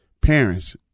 parents